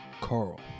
Carl